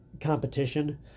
competition